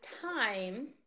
time